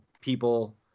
people